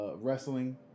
Wrestling